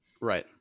Right